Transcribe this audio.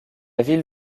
ville